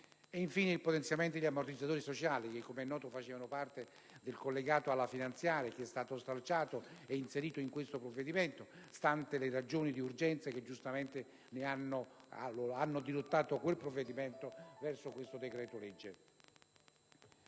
infine, un potenziamento degli ammortizzatori sociali, che, come noto facevano parte del collegato alla finanziaria, poi stralciato ed inserito in questo provvedimento, stanti le ragioni di urgenza che giustamente hanno portato a dirottarlo verso questo decreto-legge.